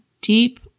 deep